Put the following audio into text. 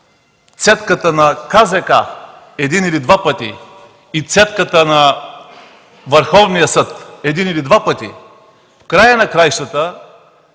конкуренцията един или два пъти и цедката на Върховния съд един или два пъти, в края на краищата